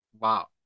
Wow